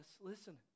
Listen